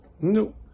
no